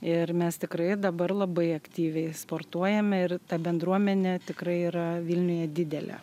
ir mes tikrai dabar labai aktyviai sportuojame ir ta bendruomenė tikrai yra vilniuje didelė